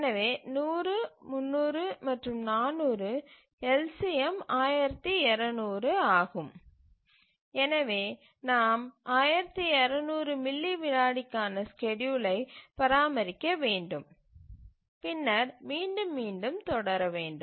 எனவே 100 300 மற்றும் 400 LCM 1200 ஆகும் எனவே நாம் 1200 மில்லி வினாடிக்கான ஸ்கேட்யூலை பராமரிக்க வேண்டும் பின்னர் மீண்டும் மீண்டும் தொடர வேண்டும்